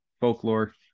folklore